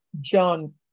John